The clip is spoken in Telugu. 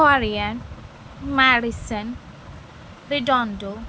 హరియన్ మారిసన్ రిడండో